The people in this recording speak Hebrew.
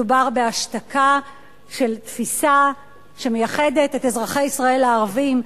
מדובר בהשתקה של תפיסה שמייחדת את אזרחי ישראל הערבים.